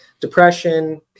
depression